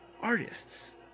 artists